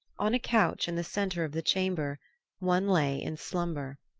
on a couch in the center of the chamber one lay in slumber.